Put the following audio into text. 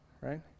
right